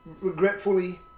regretfully